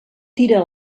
tira